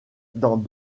dans